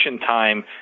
time